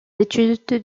études